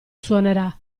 suonerà